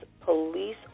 Police